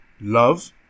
love